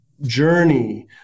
journey